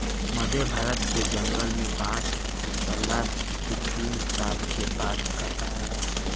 मध्य भारत के जंगल में बांस फुटला के तीन साल के बाद काटाला